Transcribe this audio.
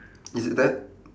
is it that